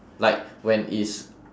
like when is